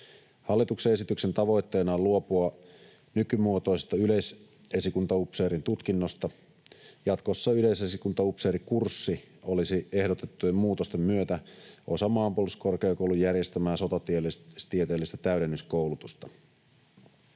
Hallituksen esityksen tavoitteena on luopua nykymuotoisesta yleisesikuntaupseerin tutkinnosta. Jatkossa yleisesikuntaupseerikurssi olisi ehdotettujen muutosten myötä osa Maanpuolustuskorkeakoulun järjestämää sotatieteellistä täydennyskoulutusta.